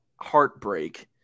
heartbreak